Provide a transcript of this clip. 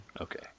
Okay